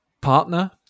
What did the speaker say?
partner